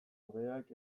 hobeak